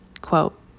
quote